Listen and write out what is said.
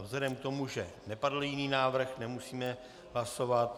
Vzhledem k tomu, že nepadl jiný návrh, nemusíme hlasovat.